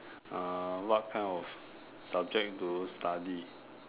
uh what kind of subject do you study